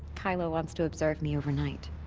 keila wants to observe me overnight.